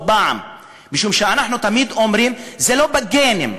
משום שאנחנו תמיד אומרים: זה לא בגנים,